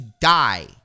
die